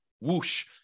whoosh